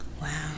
Wow